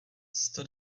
sto